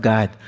God